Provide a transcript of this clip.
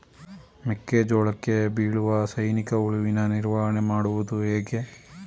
ಮೆಕ್ಕೆ ಜೋಳಕ್ಕೆ ಬೀಳುವ ಸೈನಿಕ ಹುಳುವಿನ ನಿರ್ವಹಣೆ ಮಾಡುವುದು ಹೇಗೆ?